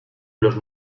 los